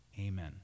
Amen